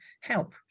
help